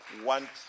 want